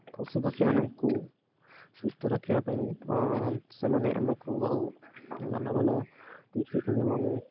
ପଶୁପକ୍ଷୀମାନଙ୍କୁ ସୁସ୍ଥ ରଖିବା ପାଇଁ ସେମାନେ ଆମକୁ ବହୁ ଭଲ ଭଲ ଟିପ୍ସ ଦେଇଥାନ୍ତି ଏବଂ